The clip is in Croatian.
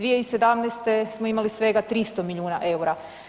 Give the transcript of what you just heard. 2017. smo imali svega 300 milijuna EUR-a.